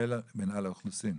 של מנהל האוכלוסין?